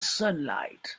sunlight